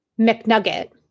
McNugget